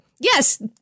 yes